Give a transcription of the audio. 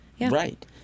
Right